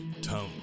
Tone